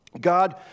God